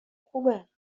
خوبه